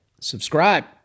subscribe